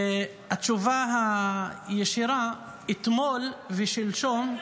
התשובה הישירה: אתמול ושלשום,